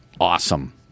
awesome